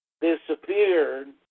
disappeared